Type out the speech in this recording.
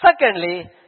Secondly